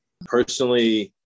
Personally